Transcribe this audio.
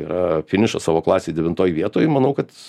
yra finišą savo klasėj devintoj vietoj manau kad